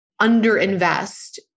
underinvest